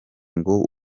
ngo